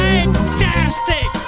Fantastic